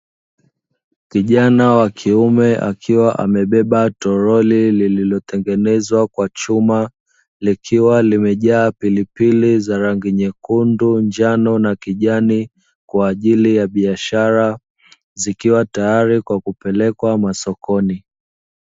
Kijana wa kiume akiwa amebeba toroli lililotengenezwa kwa chuma, likiwa limejaa pilipili za rangi nyekundu, njano na kijani kwa ajili ya biashara zikiwa tayari kwa kupelekwa masokoni.